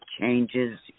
changes